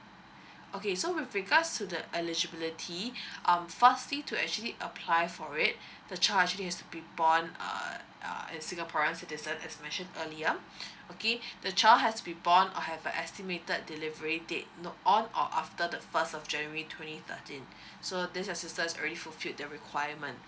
okay so with regards to the eligibility um firstly to actually apply for it the child actually has to be born err uh a singaporean citizen as mention earlier okay the child has be born or have a estimated delivery date note on or after the first of january twenty thirteen so this assistance is already fulfiled the requirement